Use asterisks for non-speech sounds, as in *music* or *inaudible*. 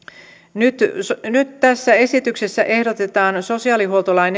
nyt nyt tässä esityksessä ehdotetaan sosiaalihuoltolain *unintelligible*